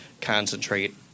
concentrate